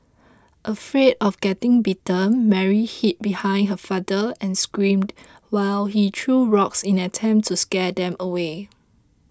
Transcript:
afraid of getting bitten Mary hid behind her father and screamed while he threw rocks in an attempt to scare them away